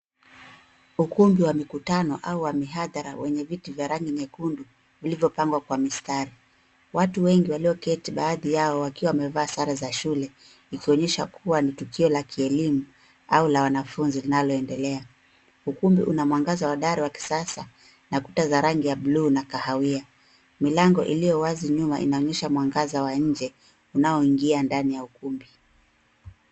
Ukumbi wa mikutano au wa mihadhara wenye viti vya rangi nyekundu vilivyo pangwa kwa mistari. Watu wengi walioketi baadhi yao wakiwa mamevaa sare za shule, ikionyesha kuwa ni tukio la kielimu au la wanafunzi linalo endelea. Ukumbi una mwangaza wa dari wa kisasa na kuta za rangi ya buluu na kahawia. Milango iliyo wazi nyuma inaonyesha mwanga wa inje unao ingia ndani ya ukumbi.